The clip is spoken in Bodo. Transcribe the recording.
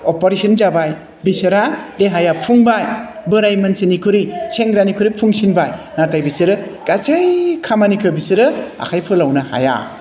अपारेसन जाबाय बिसोरा देहाया फुंबाय बोराय मानसिनिखुरै सेंग्रानिखुरै फुंसिनबाय नाथाय बिसोरो गासै खामानिखो बिसोरो आखाइ फोलावनो हाया